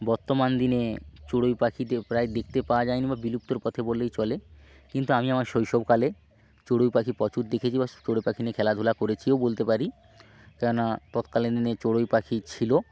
বর্তমান দিনে চড়ুই পাখিদের প্রায় দেখতে পাওয়া যায় না বা বিলুপ্তর পথে বললেই চলে কিন্তু আমি আমার শৈশবকালে চড়ুই পাখি প্রচুর দেখেছি বা চড়ুই পাখি নিয়ে খেলাধুলা করেছিও বলতে পারি কেননা তৎকালীন দিনে চড়ুই পাখি ছিল